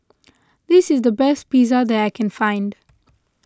this is the best Pizza that I can find